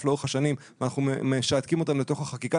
לאורך השנים ואנחנו משעתקים אותם לתוך החקיקה.